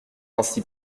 ainsi